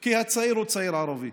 כי הצעיר הוא צעיר ערבי.